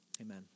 amen